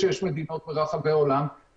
שעולות ולבעיות נפשיות של המבודדים,